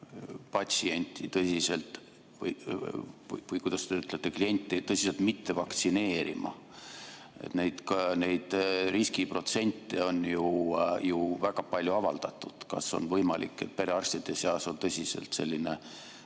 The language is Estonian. patsienti, või kuidas te ütletegi, klienti tõsiselt mitte vaktsineerima? Neid riskiprotsente on ju väga palju avaldatud. Kas on võimalik, et perearstide seas on tõsiselt selline